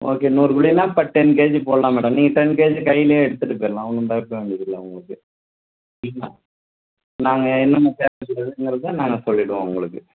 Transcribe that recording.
okay நூறு குழின்னா இப்போ டென் கேஜி போடலாம் மேடம் நீங்கள் டென் கேஜி கையிலே எடுத்துகிட்டு போயிடலாம் ஒன்றும் பயப்பட வேண்டியதில்லை உங்களுக்கு சரிங்களா நாங்கள் என்னென்ன தேவை இருக்குங்கிறத நாங்கள் சொல்லிவிடுவோம் உங்களுக்கு